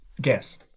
Guess